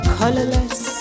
colorless